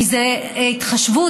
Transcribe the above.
ההתחשבות.